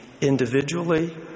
individually